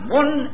one